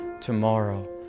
tomorrow